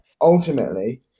ultimately